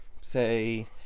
Say